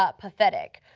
ah pathetic.